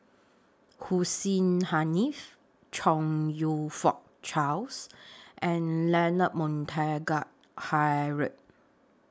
Hussein Haniff Chong YOU Fook Charles and Leonard Montague Harrod